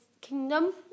Kingdom